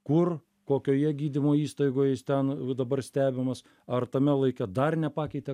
kur kokioje gydymo įstaigoj jis ten dabar stebimas ar tame laike dar nepakeitė